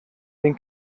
den